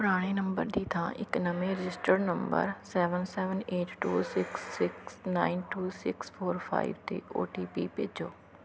ਪੁਰਾਣੇ ਨੰਬਰ ਦੀ ਥਾਂ ਇੱਕ ਨਵੇਂ registered number seven seven eight two six six nine two six four five 'ਤੇ ਊ ਟੀ ਪੀ ਭੇਜੋ